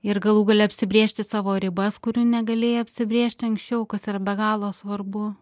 ir galų gale apsibrėžti savo ribas kurių negalėjai apsibrėžti anksčiau kas yra be galo svarbu